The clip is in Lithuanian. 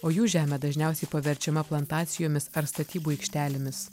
o jų žemė dažniausiai paverčiama plantacijomis ar statybų aikštelėmis